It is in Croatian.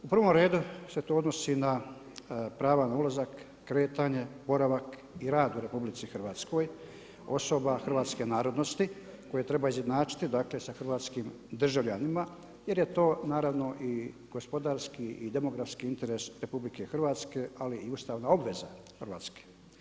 U prvom redu se to odnosi na prava na ulazak, kretanje, boravak i rad u RH osoba hrvatske narodnosti koje treba izjednačiti dakle sa hrvatskim državljanima jer to naravno i gospodarski i demografski interes RH ali i ustavna obveza Hrvatske.